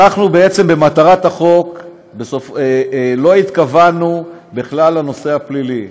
אנחנו בעצם בחוק לא התכוונו בכלל לנושא הפלילי,